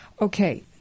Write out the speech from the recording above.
Okay